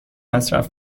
مصرف